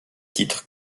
titres